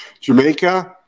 Jamaica